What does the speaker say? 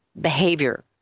behavior